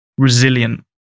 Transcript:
resilient